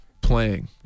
playing